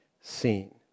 seen